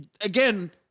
again